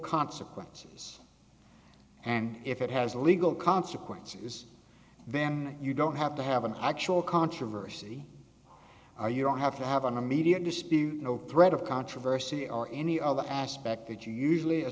consequences and if it has legal consequences then you don't have to have an actual controversy or you don't have to have an immediate threat of controversy or any other aspect that you usually